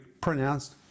pronounced